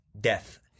death